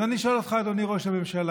אז אני שואל אותך, אדוני ראש הממשלה: